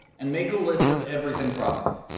and make a list of everything profitable.